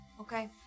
Okay